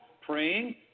praying